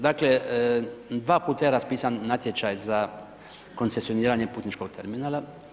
Dakle, dva puta je raspisan natječaj za koncesioniranje putničkog terminala.